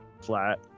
flat